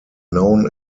known